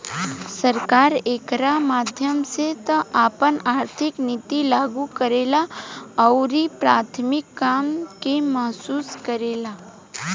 सरकार एकरा माध्यम से आपन आर्थिक निति लागू करेला अउरी प्राथमिक काम के महसूस करेला